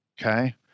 Okay